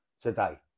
today